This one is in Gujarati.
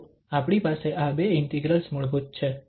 તો આપણી પાસે આ બે ઇન્ટિગ્રલ્સ મૂળભૂત છે